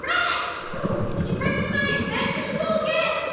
reg did you bring in my adventure toolkit?